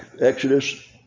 Exodus